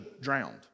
drowned